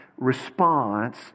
response